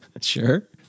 Sure